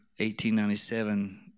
1897